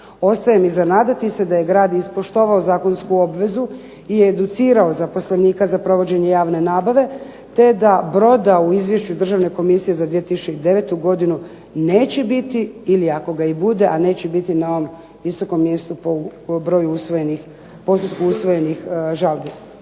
Ostaje mi za nadati se da je grad ispoštivao zakonsku obvezu i educirao zaposlenike za provođenje javne nabave, te da Brod u izvješću Državne komisije za 2009. godinu neće biti ili ako ga i bude a neće biti na ovom visokom mjestu po postupku usvojenih žalbi.